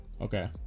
Okay